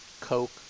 Coke